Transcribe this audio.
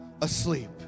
Asleep